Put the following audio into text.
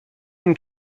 and